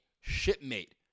shipmate